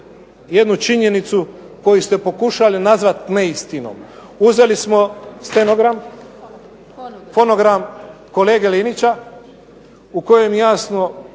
jednu činjenicu koju ste pokušali nazvati neistinom. Uzeli smo stenogram, fonogram kolege Linića u kojem jasno